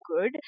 good